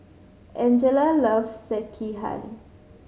Angella loves Sekihan